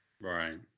Right